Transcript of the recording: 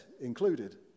included